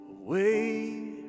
away